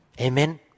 Amen